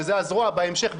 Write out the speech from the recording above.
שזה הזרוע בהמשך,